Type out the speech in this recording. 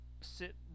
sit